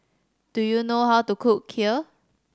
do you know how to cook Kheer